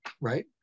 right